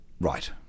Right